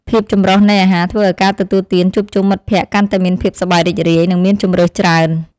ភាពចម្រុះនៃអាហារធ្វើឱ្យការទទួលទានជួបជុំមិត្តភក្តិកាន់តែមានភាពសប្បាយរីករាយ និងមានជម្រើសច្រើន។